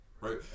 right